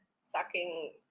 sucking